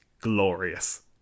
glorious